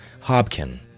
Hobkin